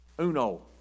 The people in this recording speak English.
uno